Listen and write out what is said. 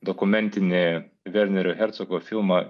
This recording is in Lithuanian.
dokumentinį vernerio herzogo filmą